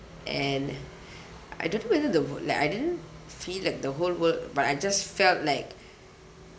and I don't know whether the world like I didn't feel like the whole world but I just felt like